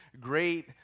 great